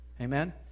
Amen